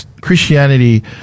Christianity